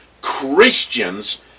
Christians